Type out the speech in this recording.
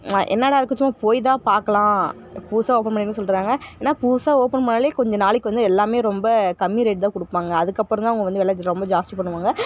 என்னடாயிருக்கு சும்மா போயி தான் பார்க்குலான் புதுசாக ஓப்பன் பண்ணியிருக்குனு சொல்லிட்டுருங்குறாங்க என்ன புதுசா ஓப்பன் பண்ணிணாலே கொஞ்சம் நாளைக்கு வந்து எல்லாமே ரொம்ப கம்மி ரேட்டு தான் கொடுப்பாங்க அதுக்கப்புறந்தான் அவங்க வந்து வெலை ரொம்ப ஜாஸ்த்தி பண்ணுவாங்க